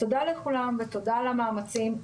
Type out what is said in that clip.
תודה לכולם ותודה על המאמצים,